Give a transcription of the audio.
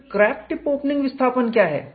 फिर crack tip opening विस्थापन क्या है